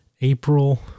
April